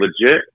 legit